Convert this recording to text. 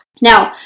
now,